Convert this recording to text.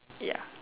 ya